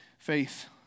Faith